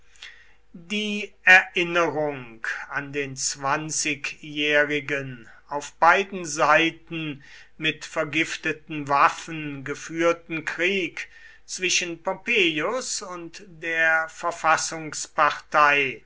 die erinnerung an den zwanzigjährigen auf beiden seiten mit vergifteten waffen geführten krieg zwischen pompeius und der